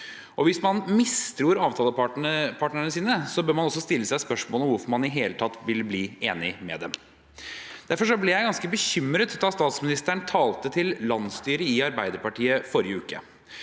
Hvis man mistror avtalepartnerne sine, bør man også stille seg spørsmål om hvorfor man i det hele tatt vil bli enig med dem. Derfor ble jeg ganske bekymret da statsministeren talte til landsstyret i Arbeiderpartiet i forrige uke.